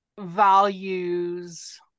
values